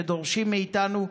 שדורשים מאיתנו,